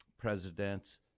presidents